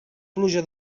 pluja